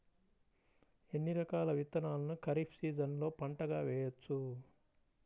ఎన్ని రకాల విత్తనాలను ఖరీఫ్ సీజన్లో పంటగా వేయచ్చు?